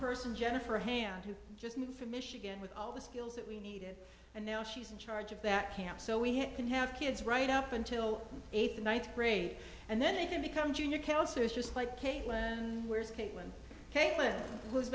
person jennifer hand who just moved from michigan with all the skills that we needed and now she's in charge of that camp so we can have kids right up until eighth or ninth grade and then they can become junior kelso is just like and where is caitlin caitlin who's